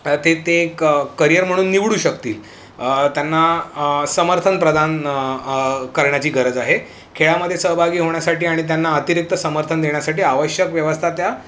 ते ते एक क करिअर म्हणून निवडू शकतील त्यांना समर्थन प्रदान करण्याची गरज आहे खेळामधे सहभागी होण्यासाठी आणि त्यांना अतिरिक्त समर्थन देण्यासाठी आवश्यक व्यवस्था त्या